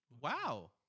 Wow